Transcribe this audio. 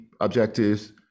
objectives